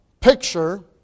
picture